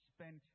spent